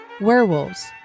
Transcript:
Werewolves